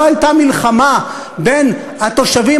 לא הייתה מלחמה בין התושבים